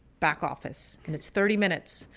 back office, and it's thirty minutes.